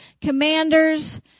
commanders